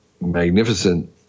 magnificent